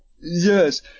yes